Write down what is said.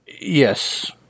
Yes